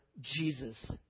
Jesus